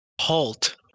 halt